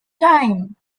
time